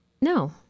No